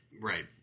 Right